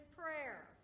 prayer